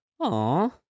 Aww